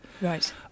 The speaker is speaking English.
Right